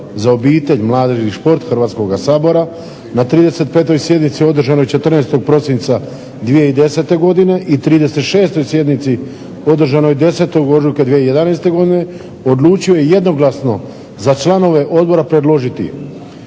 za obitelj, mladež i šport Hrvatskoga sabora na 35. sjednici održanoj 14. prosinca 2010. godine i 36. sjednici održanoj 10. ožujka 2011. odlučio je jednoglasno za članove odbora predložiti